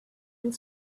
and